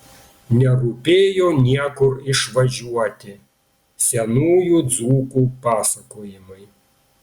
nerūpėjo niekur išvažiuoti senųjų dzūkų pasakojimai